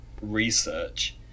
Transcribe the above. research